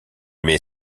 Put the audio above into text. met